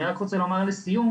אני רק רוצה לומר לסיום